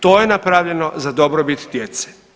To je napravljeno za dobrobit djece.